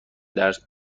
درس